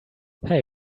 hey